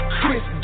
Chris